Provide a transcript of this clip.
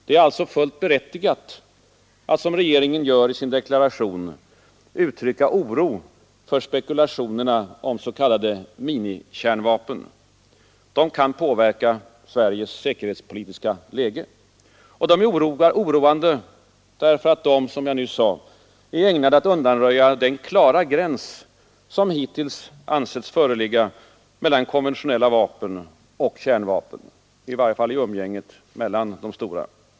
Det är alltså fullt berättigat att såsom regeringen gör i sin deklaration uttrycka oro för spekulationerna om s.k. minikärnvapen. De vapnen kan påverka Sveriges säkerhetspolitiska läge. De är oroväckande därför att de, som jag nyss sade, är ägnade att undanröja den klara gräns som hittills ansetts föreligga mellan konventionella vapen och kärnvapen — i varje fall i umgänget mellan de stora.